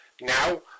Now